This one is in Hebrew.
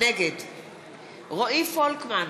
נגד רועי פולקמן,